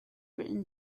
written